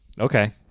Okay